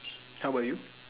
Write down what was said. how about you